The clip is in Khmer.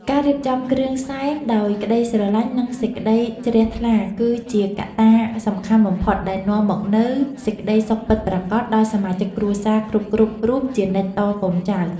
ការរៀបចំគ្រឿងសែនដោយក្តីស្រឡាញ់និងសេចក្តីជ្រះថ្លាគឺជាកត្តាសំខាន់បំផុតដែលនាំមកនូវសេចក្តីសុខពិតប្រាកដដល់សមាជិកគ្រួសារគ្រប់ៗរូបជានិច្ចតកូនចៅ។